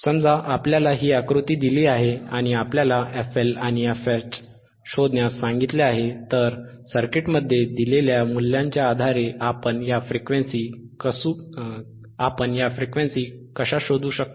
समजा आपल्याला ही आकृती दिली आहे आणि आपल्याला fL आणि fH शोधण्यास सांगितले आहे तर सर्किटमध्ये दिलेल्या मूल्यांच्या आधारे आपण या फ्रिक्वेन्सी कशा शोधू शकतो